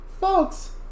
Folks